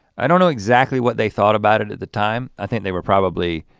i don't know exactly what they thought about it at the time. i think they were probably